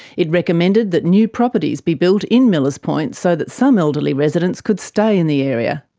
it recommended that new properties be built in millers point so that some elderly residents could stay in the area.